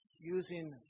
using